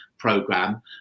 program